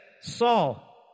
Saul